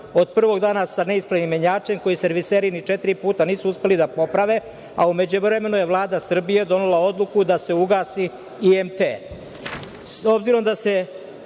od prvog dana sa neispravnim menjačem koji serviseri ni četiri puta nisu uspeli da poprave, a u međuvremenu je Vlada Srbije donela odluku da se ugasi IMT.S